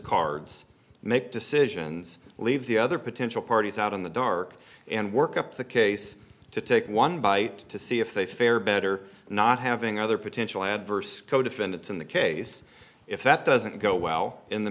cards make decisions leave the other potential parties out in the dark and work up the case to take one bite to see if they fare better not having other potential adverse co defendants in the case if that doesn't go well in the